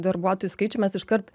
darbuotojų skaičių mes iškart